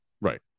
right